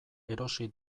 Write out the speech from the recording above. erosi